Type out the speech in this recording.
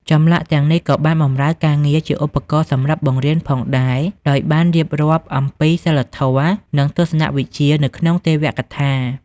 ចម្លាក់ទាំងនេះក៏បានបម្រើការងារជាឧបករណ៍សម្រាប់បង្រៀនផងដែរ ដោយបានរៀបរាប់អំពីសីលធម៌ និងទស្សនវិជ្ជានៅក្នុងទេវកថា។